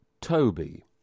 Toby